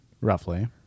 roughly